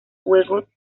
juegos